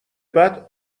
بعد